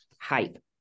hype